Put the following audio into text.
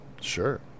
Sure